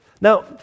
Now